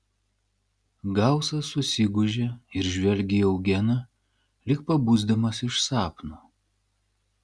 gausas susigūžė ir žvelgė į eugeną lyg pabusdamas iš sapno